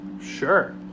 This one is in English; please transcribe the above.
Sure